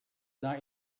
not